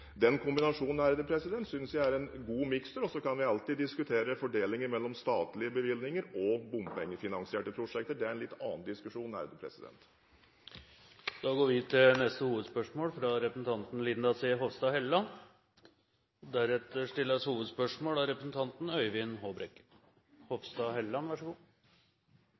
synes jeg er en god miks. Så kan vi alltid diskutere fordelingen mellom statlige bevilgninger og bompengefinansierte prosjekter. Det er en litt annen diskusjon. Vi går videre til neste hovedspørsmål.